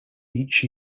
each